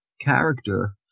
character